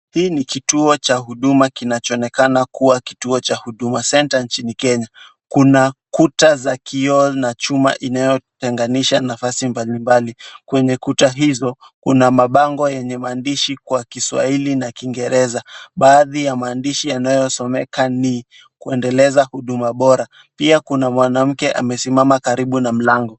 Hii ni kituo cha huduma kinachonekana kuwa kituo cha huduma center nchini Kenya. Kuna kuta za kioo na chuma inayotenganisha nafasi mbalimbali. Kwenye kuta hizo, Kuna mabango yenye maandishi kwa Kiswahili na Kiingereza. Baadhi ya maandishi yanayosomeka ni: Kuendeleza huduma bora, Pia kuna mwanamke amesimama karibu na mlango.